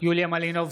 יוליה מלינובסקי,